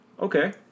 Okay